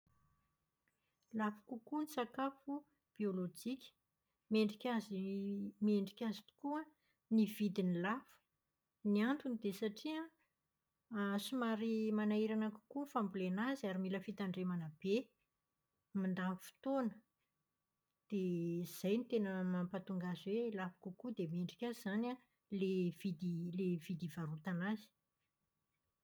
Lafo kokoa ny sakafo biolojika. Mendrika azy mendrika azy tokoa ny vidiny lafo. Ny antony dia satria somary manahirana kokoa ny fambolena azy ary mila fitandremana be. Mandany fotoana dia izay no tena mampatonga azy hoe lafo kokoa dia mendrika azy izany an, ilay vidi- ilay vidy ivarotana azy.